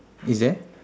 is there